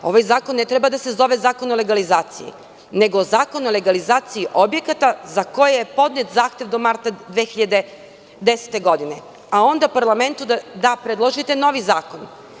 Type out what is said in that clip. Ovaj zakon ne treba da se zove zakon o legalizaciji, nego zakon o legalizaciji objekata za koji je podnet zahtev do marta 2010. godine, a onda da parlamentu predložite novi zakon.